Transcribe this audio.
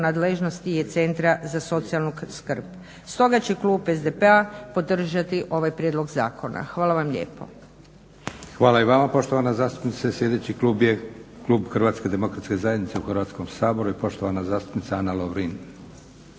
nadležnosti je Centra za socijalnu skrb. Stoga će klub SDP-a podržati ovaj prijedlog zakona. Hvala vam lijepo. **Leko, Josip (SDP)** Hvala i vama poštovana zastupnice. Sljedeći klub je klub HDZ-a u Hrvatskom saboru i poštovana zastupnica Ana Lovrin.